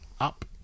up